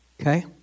Okay